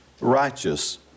righteous